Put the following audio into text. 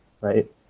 right